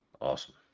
Awesome